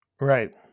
Right